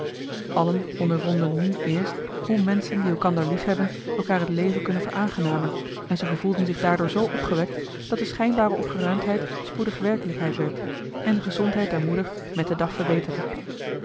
allen ondervonden nu eerst hoe menschen die elkander liefhebben elkaar het leven kunnen veraangenamen en ze gevoelden zich daardoor zoo opgewekt dat de schijnbare opgeruimdheid spoedig werkelijkheid werd en de gezondheid der moeder met den dag verbeterde